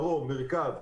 מרכז,